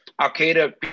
Al-Qaeda